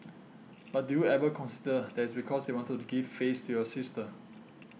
but do you ever consider that it's because they wanted to give face to your sister